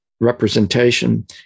representation